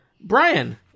Brian